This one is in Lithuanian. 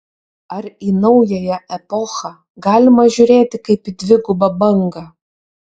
ar į naująją epochą galima žiūrėti kaip į dvigubą bangą